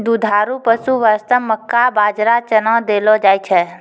दुधारू पशु वास्तॅ मक्का, बाजरा, चना देलो जाय छै